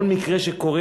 כל מקרה שקורה,